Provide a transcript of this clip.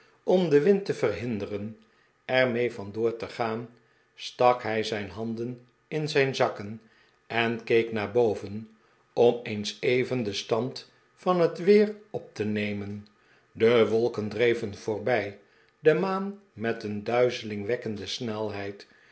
om den wind te verhinderen er mee vandoor te gaan stak hij zijn handen in zijn zakken en keek naar boven om eens even den stand van het weer op te nemen de wolken dreven voorbij de maan met een duizelingwekkende snelheid